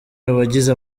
wagize